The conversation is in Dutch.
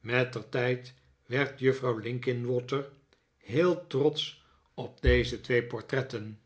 mettertijd werd juffrouw linkinwater heel trotsch op deze twee portretten